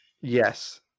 yes